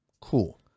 Cool